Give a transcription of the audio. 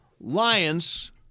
Lions